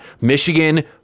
Michigan